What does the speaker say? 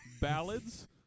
ballads